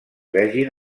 vegin